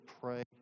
pray